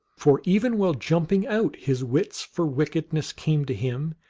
for even while jumping out his wits for wickedness came to him,